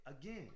again